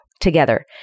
together